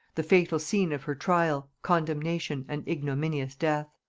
the fatal scene of her trial, condemnation, and ignominious death.